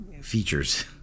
features